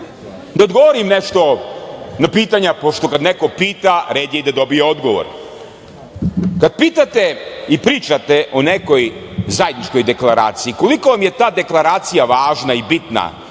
da odgovorim na pitanja, pošto kad neko pita red je i da dobije odgovor. Kad pitate i pričate o nekoj zajedničkoj deklaraciji, koliko vam je ta deklaracija važna i bitna,